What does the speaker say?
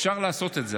אפשר לעשות את זה.